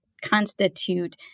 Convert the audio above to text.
constitute